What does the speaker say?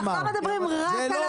אנחנו לא מדברים רק על הבטון.